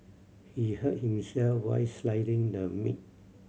he hurt himself while slicing the meat